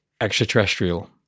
extraterrestrial